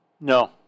No